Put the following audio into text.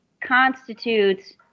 constitutes